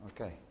Okay